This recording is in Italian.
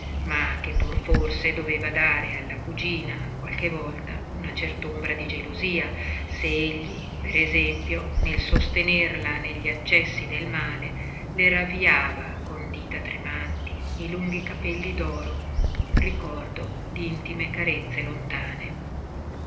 ma che pur forse doveva dare alla cugina qualche volta una cert'ombra di gelosia se egli per esempio nel sostenerla negli accessi del male le ravviava con dita tremanti i lunghi capelli d'oro ricordo d'intime carezze lontane